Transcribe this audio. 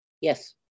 Yes